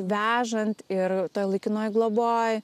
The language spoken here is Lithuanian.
vežant ir toj laikinoj globoj